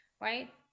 Right